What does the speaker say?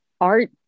art